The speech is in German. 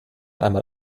einmal